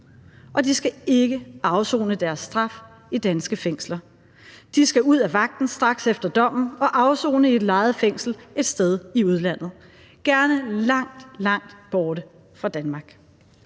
Og de skal ikke afsone deres straf i danske fængsler. De skal ud af vagten straks efter dommen og afsone i et lejet fængsel et sted i udlandet, gerne langt, langt væk fra Danmark.